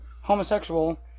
homosexual